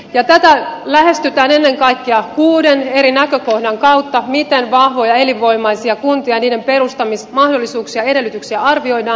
tätä lähestytään ennen kaikkea kuuden eri näkökohdan kautta miten vahvoja elinvoimaisia kuntia ja niiden perustamismahdollisuuksia ja edellytyksiä arvioidaan